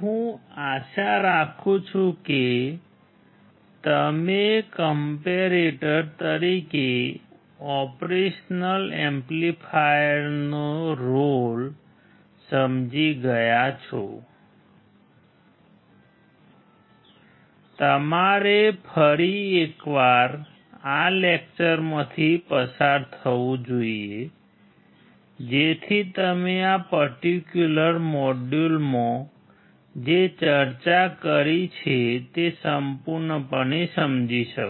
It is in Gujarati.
હું આશા રાખું છું કે તમે કમ્પૅરેટર મોડ્યુલમાં જે ચર્ચા કરી છે તે તમે સંપૂર્ણપણે સમજી શકો